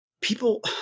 People